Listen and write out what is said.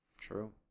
True